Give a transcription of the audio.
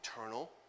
Eternal